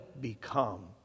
become